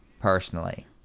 personally